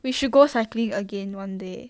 we should go cycling again one day